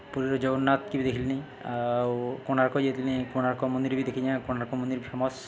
ପୁରୀର ଜଗନ୍ନାଥକେ ବି ଦେଖ୍ଲି ଆଉ କୋଣାର୍କ ଯାଇଥିଲି କୋଣାର୍କ ମନ୍ଦିର ବି ଦେଖିଚେଁ କୋଣାର୍କ ମନ୍ଦିର ଫେମସ୍